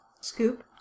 scoop